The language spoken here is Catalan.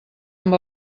amb